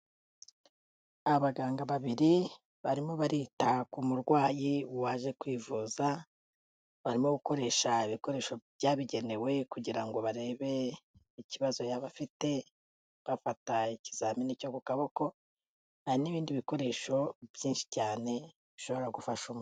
Abaganga babiri, barimo barita ku murwayi waje kwivuza, barimo gukoresha ibikoresho byabigenewe kugira ngo barebe ikibazo yaba afite, bafata ikizamini cyo ku kaboko, hari n'ibindi bikoresho byinshi cyane bishobora gufasha.